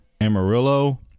amarillo